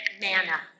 manna